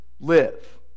live